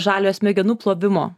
žaliojo smegenų plovimo